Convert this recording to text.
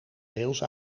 deels